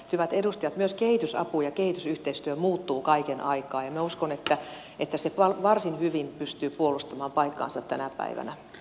hyvät edustajat myös kehitysapu ja kehitysyhteistyö muuttuvat kaiken aikaa ja minä uskon että ne varsin hyvin pystyvät puolustamaan paikkaansa tänä päivänä